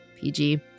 pg